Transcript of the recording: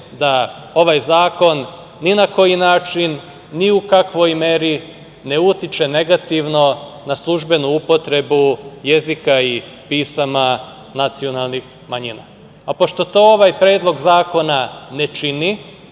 da ovaj zakon ni na koji način, ni u kakvoj meri ne utiče negativno na službenu upotrebu jezika i pisama nacionalnih manjina, a pošto to ovaj predlog zakona ne čini,